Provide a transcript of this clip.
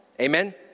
Amen